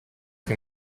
che